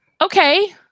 Okay